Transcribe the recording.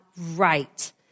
right